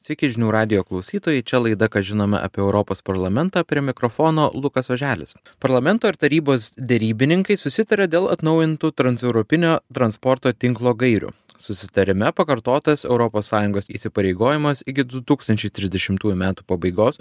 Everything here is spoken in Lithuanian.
sveiki žinių radijo klausytojai čia laida ką žinome apie europos parlamentą prie mikrofono lukas oželis parlamento ir tarybos derybininkai susitarė dėl atnaujintų transeuropinio transporto tinklo gairių susitarime pakartotas europos sąjungos įsipareigojimas iki du tūkstančiai trisdešimtųjų metų pabaigos